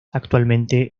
actualmente